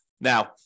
Now